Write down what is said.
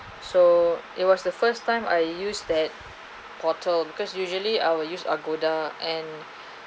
so it was the first time I use that portal because usually I will use Agoda and